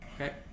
Okay